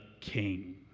king